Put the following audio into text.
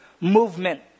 movement